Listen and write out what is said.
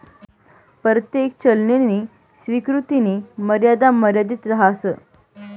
परतेक चलननी स्वीकृतीनी मर्यादा मर्यादित रहास